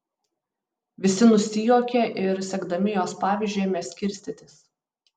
visi nusijuokė ir sekdami jos pavyzdžiu ėmė skirstytis